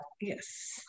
yes